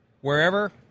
Wherever